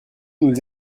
nous